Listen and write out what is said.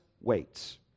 waits